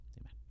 Amen